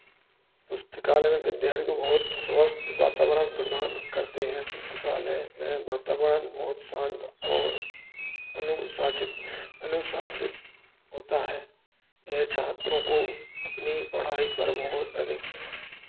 पुस्तकालय में विद्यार्थी को बहुत स्वस्थ वातावरण प्रदान करते हैं पुस्तकालय में वातावरण बहुत शांत और अनुशाचित अनुसाशित होता है यह छात्रों को अपनी पढ़ाई पर बहुत अधिक